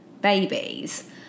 babies